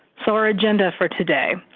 so our agenda for today,